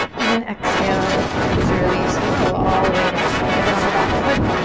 and then exhale to release, whoa, all the way down. pivot on the back foot.